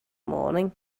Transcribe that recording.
morning